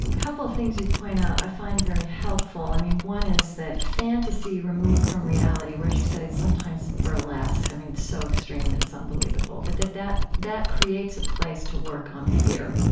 and couple of things you point out i find very helpful. i mean one is that fantasy removed from reality, whereas you said it's sometimes burlesque. i mean it's so extreme that it's unbelievable. but that that that creates a place to work on fear.